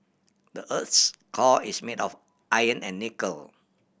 the earth's core is made of iron and nickel